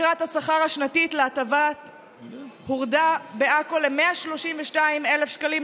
תקרת השכר השנתית להטבה הורדה בעכו ל-132,000 אלף שקלים,